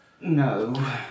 No